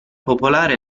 popolare